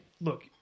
look